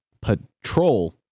patrol